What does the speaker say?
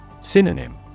Synonym